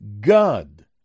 God